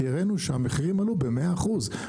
כי הראינו שהמחירים עלו ב-100 אחוז,